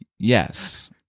Yes